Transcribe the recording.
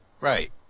Right